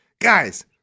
Guys